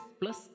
plus